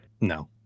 no